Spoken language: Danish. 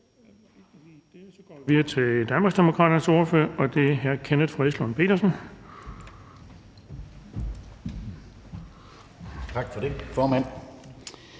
videre til Danmarksdemokraternes ordfører, og det er hr. Kenneth Fredslund Petersen. Værsgo. Kl.